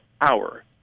hour